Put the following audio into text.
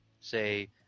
say